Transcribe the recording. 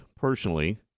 personally